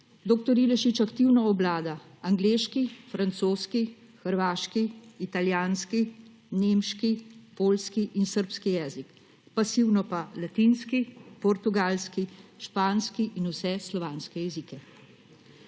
Dr. Ilešič aktivno obvlada angleški, francoski, hrvaški, italijanski, nemški, poljski in srbi jezik; pasivno pa latinski, portugalski, španski in vse slovanske jezike.